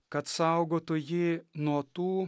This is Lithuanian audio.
kad saugotų jį nuo tų